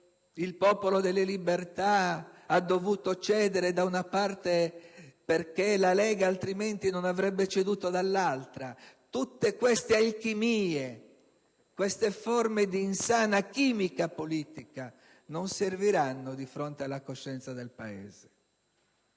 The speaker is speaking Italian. il Popolo della Libertà ha dovuto cedere da una parte perché la Lega altrimenti non avrebbe ceduto dall'altra. Tutte queste alchimie, queste forme di insana chimica politica non serviranno di fronte alla coscienza del Paese.